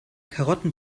karotten